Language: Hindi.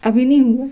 अभी नहीं हूँ